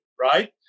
right